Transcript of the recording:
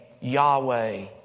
Yahweh